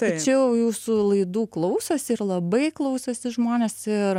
tačiau jūsų laidų klausosi ir labai klausosi žmonės ir